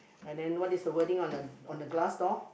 and then what is the wording on the on the glass door